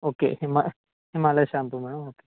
okay Hima Himalaya shampoo madam okay